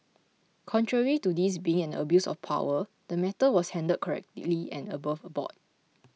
contrary to this being an abuse of power the matter was handled correctly and above board